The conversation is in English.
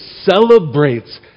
celebrates